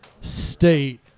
state